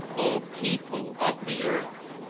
o people of the earth,